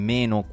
meno